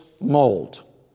mold